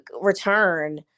return